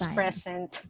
present